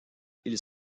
ils